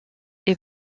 est